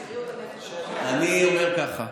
אני אומר ככה: